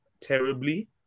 terribly